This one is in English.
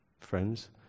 Friends